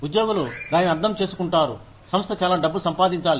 ఉద్యోగులు దానిని అర్థం చేసుకుంటారు సంస్థ చాలా డబ్బు సంపాదించాలి